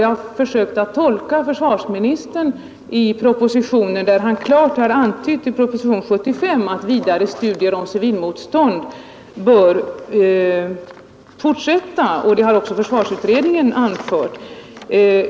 Däremot har jag säkerligen tolkat försvarsministern rätt, när han i propositionen 75 klart säger att vidare studier om civilmotstånd bör bedrivas, vilket också försvarsutredningen har anfört.